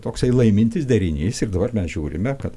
toksai laimintis derinys ir dabar mes žiūrime kad